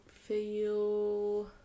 Feel